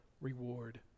reward